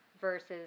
versus